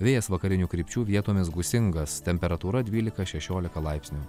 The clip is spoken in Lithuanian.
vėjas vakarinių krypčių vietomis gūsingas temperatūra dvylika šešiolika laipsnių